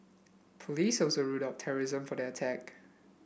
police also ruled out terrorism for that attack